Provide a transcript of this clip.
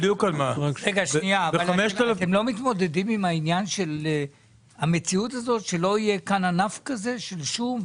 אתם לא מתמודדים עם המציאות שלא יהיה כאן ענף כזה של שום,